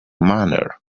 manner